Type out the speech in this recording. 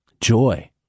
Joy